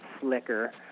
slicker